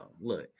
Look